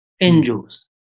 angels